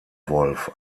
wolf